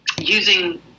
using